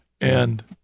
and-